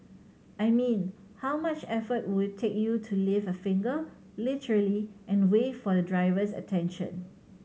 I mean how much effort would take you to lift a finger literally and wave for the driver's attention